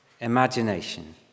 imagination